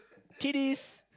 kitties